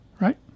right